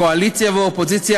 קואליציה ואופוזיציה,